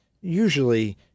usually